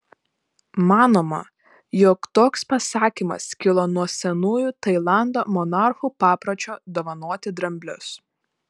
manoma jog toks pasakymas kilo nuo senųjų tailando monarchų papročio dovanoti dramblius